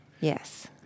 yes